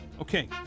Okay